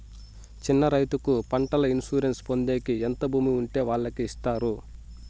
చిన్న రైతుకు పంటల ఇన్సూరెన్సు పొందేకి ఎంత భూమి ఉండే వాళ్ళకి ఇస్తారు?